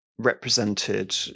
Represented